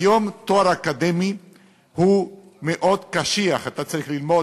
כיום תואר אקדמי הוא מאוד קשיח: אתה צריך ללמוד